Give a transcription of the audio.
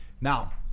Now